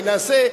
אולי נעשה,